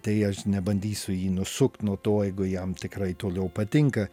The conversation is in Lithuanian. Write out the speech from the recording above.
tai aš nebandysiu jį nusukt nuo to jeigu jam tikrai toliau patinka